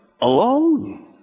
alone